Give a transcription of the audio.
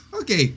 Okay